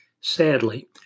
Sadly